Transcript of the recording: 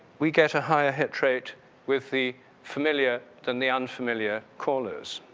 we get a higher hit rate with the familiar than the unfamiliar callers.